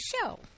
show